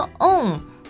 own